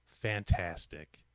fantastic